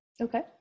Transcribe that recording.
Okay